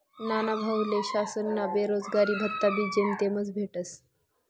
न्हानभाऊले शासनना बेरोजगारी भत्ताबी जेमतेमच भेटस